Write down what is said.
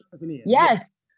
Yes